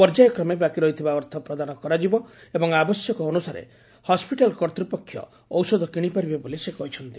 ପର୍ଯ୍ୟାୟକ୍ରମେ ବାକି ରହିଥିବା ଅର୍ଥ ପ୍ରଦାନ କରାଯିବ ଏବଂ ଆବଶ୍ୟକତା ଅନ୍ରସାରେ ହସ୍କିଟାଲ କର୍ତ୍ତପକ୍ଷ ଔଷଧ କିଶିପାରିବେ ବୋଲି ସେ କହିଛନ୍ତି